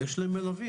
יש להם מלווים.